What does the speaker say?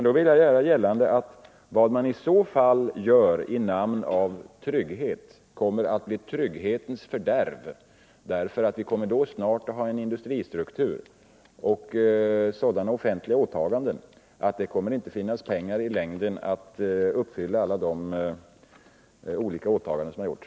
Då vill jag göra gällande att vad man i så fall gör i namn av trygghet kommer att bli trygghetens fördärv, därför att vi då snart kommer att han en industristruktur och sådana offentliga åtaganden att det i längden inte kommer att finnas pengar till att uppfylla alla de olika åtaganden som gjorts.